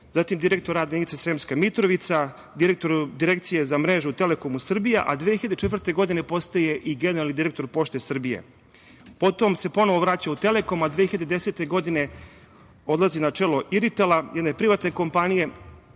zatim direktor Radne jedinice Sremska Mitrovica, direktor Direkcije za mreže u „Telekomu Srbija“, a 2004. godine postaje i generalni direktor „Pošte Srbije“. Poštom se ponovo vraća u Telekom, a 2010. godine odlazi na čelo „Iritela“, jedne privatne kompanije,